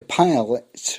pilots